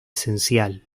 esencial